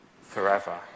forever